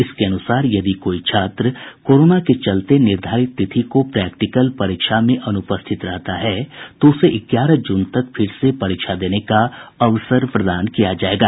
इसके अनुसार यदि कोई छात्र कोरोना के चलते निर्धारित तिथि को प्रैक्टिकल परीक्षा में अनुपस्थित रहता है तो उसे ग्यारह जून तक फिर से परीक्षा देने का अवसर प्रदान किया जायेगा